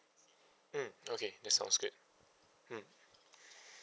mm okay that sounds good mm